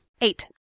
Eight